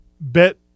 bet